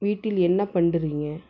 வீட்டில் என்ன பண்ணுறீங்க